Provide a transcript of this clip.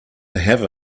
have